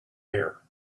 air